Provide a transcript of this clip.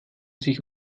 sich